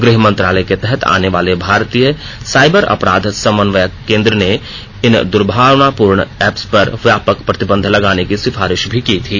गृह मंत्रालय के तहत आने वाले भारतीय साइबर अपराध समन्वय केंद्र ने इन दुर्भावनापूर्ण एप्स पर व्यापक प्रतिबंध लगाने की सिफारिश भी की थी